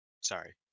sorry